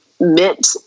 meant